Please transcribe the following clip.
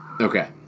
Okay